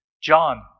John